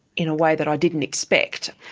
in a way that i didn't expect.